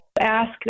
Ask